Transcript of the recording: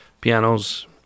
pianos